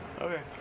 Okay